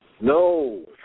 No